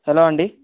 hello అండి